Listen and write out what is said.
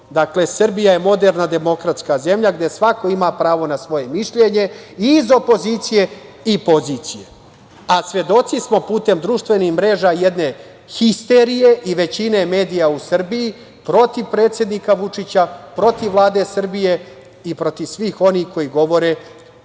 Srbija je moderna demokratska zemlja gde svako ima pravo na svoje mišljenje i iz opozicije i pozicije. Svedoci smo putem društvenih mreža jedne histerije i većine medija u Srbiji protiv predsednika Vučića, protiv Vlade Srbije i protiv svih onih koji govore